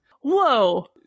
Whoa